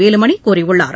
வேலுமணி கூறியுள்ளார்